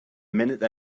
minute